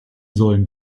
sollen